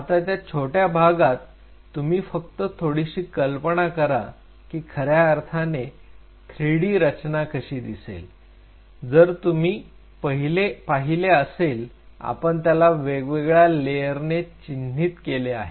आता त्या छोट्या भागात तुम्ही फक्त थोडीशी कल्पना करा की खऱ्या अर्थाने 3D रचना कशी दिसेल जर तुम्ही पाहिले असेल आपण त्याला वेगवेगळ्या लेअरने चिन्हित केले आहे